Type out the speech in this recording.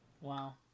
Wow